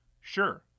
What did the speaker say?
sure